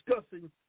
discussing